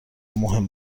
مهم